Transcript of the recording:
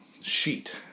sheet